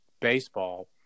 baseball